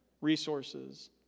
resources